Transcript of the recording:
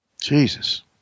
Jesus